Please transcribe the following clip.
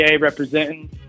representing